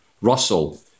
Russell